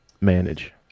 manage